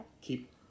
keep